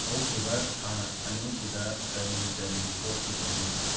ꯍꯧꯈꯤꯕ ꯊꯥ ꯑꯅꯤꯁꯤꯗ ꯀꯔꯤ ꯀꯔꯤ ꯊꯣꯛꯈꯤꯕꯒꯦ